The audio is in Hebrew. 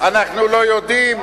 אנחנו לא יודעים?